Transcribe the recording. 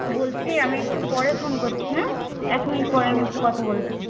বলছি আমি একটু পরে ফোন করছি হ্যাঁ এক মিনিট পরে আমি একটু কথা বলছি